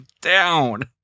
down